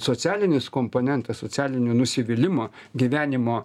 socialinis komponentas socialinių nusivylimo gyvenimo